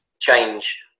change